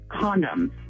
condoms